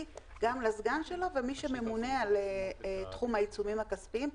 גם לסגן שלו ומי שממונה על תחום העיצומים הכספיים.